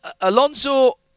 Alonso